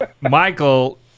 Michael